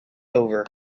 over